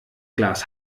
glas